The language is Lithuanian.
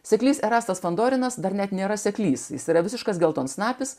seklys rastas vanduo grynas dar net nėra seklys jis yra visiškas geltonsnapis